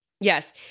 Yes